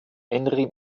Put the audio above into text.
henri